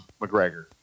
McGregor